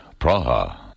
Praha